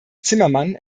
zimmermann